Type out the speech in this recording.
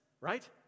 right